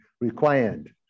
required